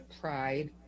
pride